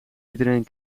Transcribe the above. iedereen